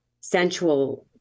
sensual